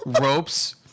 ropes